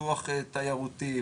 פיתוח תיירותי,